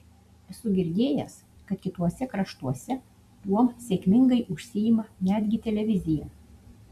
esu girdėjęs kad kituose kraštuose tuom sėkmingai užsiima netgi televizija